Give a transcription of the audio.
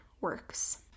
works